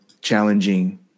challenging